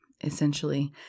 essentially